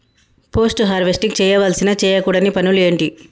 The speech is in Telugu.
పోస్ట్ హార్వెస్టింగ్ చేయవలసిన చేయకూడని పనులు ఏంటి?